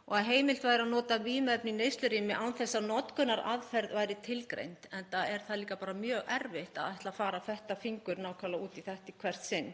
um að heimilt verði að nota vímuefni í neyslurými án þess að notkunaraðferð sé tilgreind, enda er það líka bara mjög erfitt að ætla að fara að fetta fingur nákvæmlega út í þetta í hvert sinn.